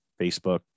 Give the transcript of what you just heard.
Facebook